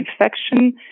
infection